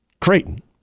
Creighton